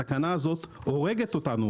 התקנה הזאת הורגת אותנו,